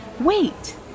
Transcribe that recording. wait